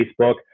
Facebook